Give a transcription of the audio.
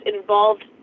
involved